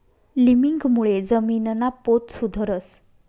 लिमिंगमुळे जमीनना पोत सुधरस